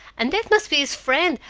and that must be his friend,